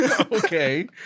okay